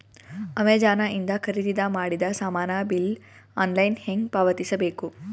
Amazon ಇಂದ ಖರೀದಿದ ಮಾಡಿದ ಸಾಮಾನ ಬಿಲ್ ಆನ್ಲೈನ್ ಹೆಂಗ್ ಪಾವತಿಸ ಬೇಕು?